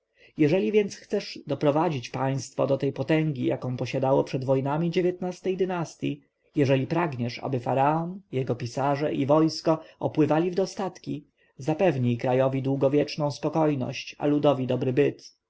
jeżeli więc chcesz doprowadzić państwo do tej potęgi jaką posiadało przed wojna dynastyi eśli pragniesz aby faraon jego pisarze i wojsko opływali w dostatki zapewnij krajowi długowieczną spokojność a ludowi dobry byt